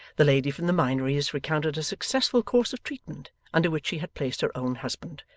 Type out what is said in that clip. the lady from the minories recounted a successful course of treatment under which she had placed her own husband,